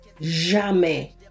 Jamais